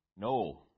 No